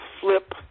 flip